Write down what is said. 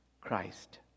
Christ